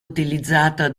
utilizzata